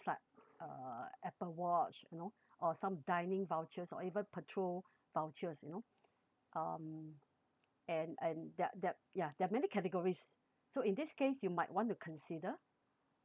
like uh apple watch you know or some dining vouchers or even petrol vouchers you know um and and that that ya there are many categories so in this case you might want to consider